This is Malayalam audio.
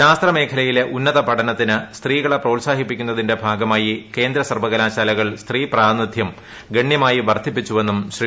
ശാസ്ത്ര മേഖലയിലെ ഉന്നത പഠനത്തിന് സ്ത്രീകളെ പ്രോത്സാഹിപ്പിക്കുന്നതിന്റെ ഭാഗമായി കേന്ദ്ര സർവ്വകലാശാലകൾ സ്ത്രീ പ്രാതിനിധിയം ഗണ്യമായി വർദ്ധിപ്പിച്ചുവെന്നും ശ്രീ